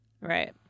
Right